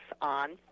on